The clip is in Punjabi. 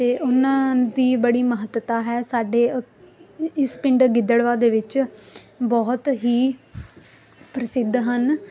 ਅਤੇ ਉਹਨਾਂ ਦੀ ਬੜੀ ਮਹੱਤਤਾ ਹੈ ਸਾਡੇ ਇਸ ਪਿੰਡ ਗਿੱਦੜਵਾ ਦੇ ਵਿੱਚ ਬਹੁਤ ਹੀ ਪ੍ਰਸਿੱਧ ਹਨ